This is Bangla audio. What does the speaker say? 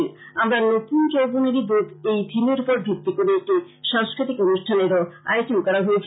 আমরা নুতন যৌবনেরই দৃত এই থিমের উপর ভিত্তি করে একটি সাংস্কৃতিক অনুষ্ঠানেরও আয়োজন করা হয়েছে